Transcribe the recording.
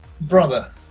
brother